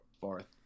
fourth